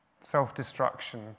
Self-destruction